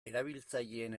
erabiltzaileen